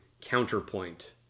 counterpoint